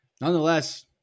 Nonetheless